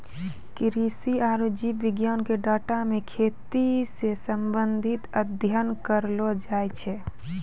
कृषि आरु जीव विज्ञान के डाटा मे खेती से संबंधित अध्ययन करलो जाय छै